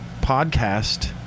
podcast